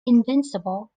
invincible